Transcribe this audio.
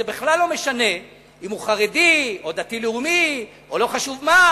זה בכלל לא משנה אם הוא חרדי או דתי-לאומי או לא חשוב מה,